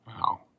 Wow